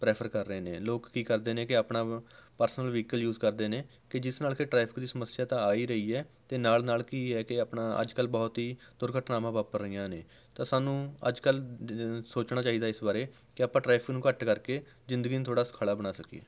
prefer ਕਰ ਰਹੇ ਨੇ ਲੋਕ ਕੀ ਕਰਦੇ ਨੇ ਕਿ ਆਪਣਾ ਪਰਸਨਲ ਵਹੀਕਲ ਯੂਜ਼ ਕਰਦੇ ਨੇ ਕਿ ਜਿਸ ਨਾਲ ਕਿ ਟਰੈਫਿਕ ਦੀ ਸਮੱਸਿਆਂ ਤਾਂ ਆ ਹੀ ਰਹੀ ਹੈ ਅਤੇ ਨਾਲ ਨਾਲ ਕੀ ਹੈ ਕਿ ਆਪਣਾ ਅੱਜ ਕੱਲ੍ਹ ਬਹੁਤ ਹੀ ਦੁਰਘਟਨਾਵਾਂ ਵਾਪਰ ਰਹੀਆਂ ਨੇ ਤਾਂ ਸਾਨੂੰ ਅੱਜ ਕੱਲ੍ਹ ਦਦ ਸੋਚਣਾ ਚਾਹੀਦਾ ਇਸ ਬਾਰੇ ਕਿ ਆਪਾਂ ਟਰੈਫਿਕ ਨੂੰ ਘੱਟ ਕਰਕੇ ਜ਼ਿੰਦਗੀ ਨੂੰ ਥੋੜ੍ਹਾ ਸੁਖਾਲਾ ਬਣਾ ਸਕੀਏ